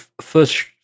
first